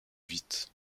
vite